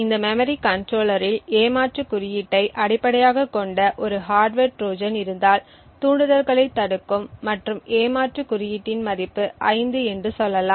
இந்த மெமரி கன்ட்ரோலரில் ஏமாற்று குறியீட்டை அடிப்படையாகக் கொண்ட ஒரு ஹார்ட்வர் ட்ரோஜன் இருந்தால் தூண்டுதல்களைத் தடுக்கும் மற்றும் ஏமாற்று குறியீட்டின் மதிப்பு 5 என்று சொல்லலாம்